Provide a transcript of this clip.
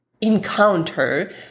encounter